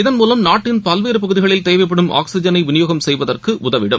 இதன்மூவம் நாட்டின் பல்வேறுபகுதிகளில் தேவைப்படும் ஆக்ஸிஜனை விநியோகம் செய்வதற்குஉதவிடும்